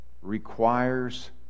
requires